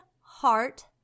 heart